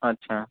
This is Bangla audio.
আচ্ছা